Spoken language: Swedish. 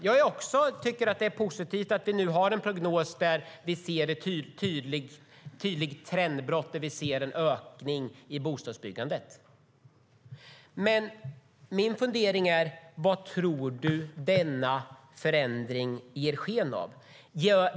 Jag tycker också att det är positivt att vi nu har en prognos där vi ser ett tydligt trendbrott, där vi ser en ökning av bostadsbyggandet. Men min fundering är: Vad tror du att denna förändring återspeglar, Ola?